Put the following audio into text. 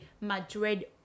madrid